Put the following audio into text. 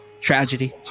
Tragedy